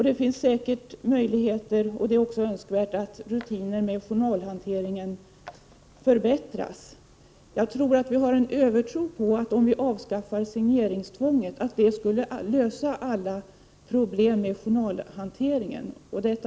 Det finns säkert möjligheter, och det är också önskvärt, att rutinerna för journalhanteringen förbättras. Förmodligen har vi en övertro på avskaffandet av signeringstvånget. Kanske tror vi att alla problem med journalhanteringen därmed skulle lösas. Fru talman!